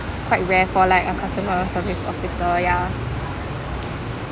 quite rare for like a customer service officer ya